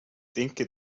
denke